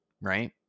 right